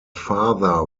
father